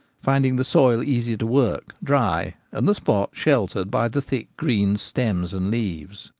finding the soil easy to work, dry, and the spot sheltered by the thick green stems and leaves.